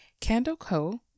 CandleCo